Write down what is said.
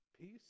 peace